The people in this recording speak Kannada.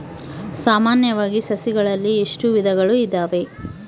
ಸಾಮಾನ್ಯವಾಗಿ ಸಸಿಗಳಲ್ಲಿ ಎಷ್ಟು ವಿಧಗಳು ಇದಾವೆ?